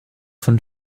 von